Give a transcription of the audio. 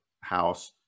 house